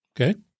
Okay